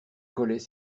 collait